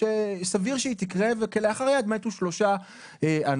שסביר שהיא תקרה וכלאחר יד מתו שלושה אנשים.